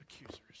accusers